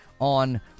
on